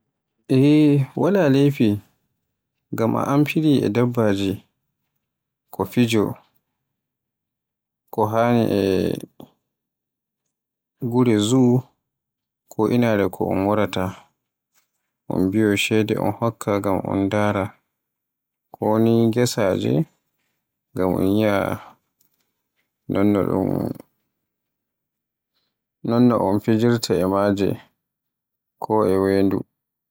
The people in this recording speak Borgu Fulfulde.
Eey wala leyfi ngam un amfiri e dabbaji ko fijo, ko haani e gure zoo, ko inaare ko waraata un biyo ceede un hokka ngam daara, ko ni gese ngam un yi'a, non no, non no un fijirta e maaje ko wendu.